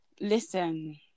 listen